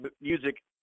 music